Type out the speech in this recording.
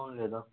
कोण उलयता